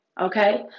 Okay